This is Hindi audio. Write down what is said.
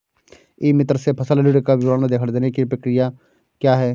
ई मित्र से फसल ऋण का विवरण ख़रीदने की प्रक्रिया क्या है?